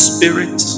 Spirit